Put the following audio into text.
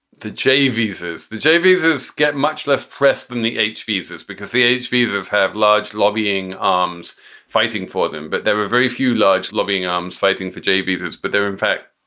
the j visas, the j visas get much less press than the h visas because the h visas have large lobbying ah firms fighting for them. but there were very few large lobbying firms um fighting for j visas. but they're in fact,